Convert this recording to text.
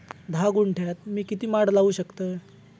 धा गुंठयात मी किती माड लावू शकतय?